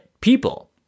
people